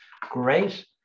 great